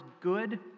good